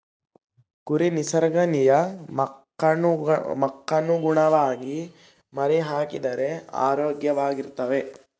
ಕುರಿ ನಿಸರ್ಗ ನಿಯಮಕ್ಕನುಗುಣವಾಗಿ ಮರಿಹಾಕಿದರೆ ಆರೋಗ್ಯವಾಗಿರ್ತವೆ